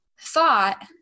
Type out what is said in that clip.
thought